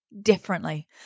differently